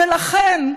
ולכן,